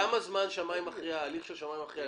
כמה זמן הליך של שמאי מכריע?